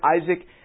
Isaac